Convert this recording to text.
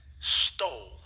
stole